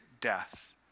death